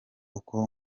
uko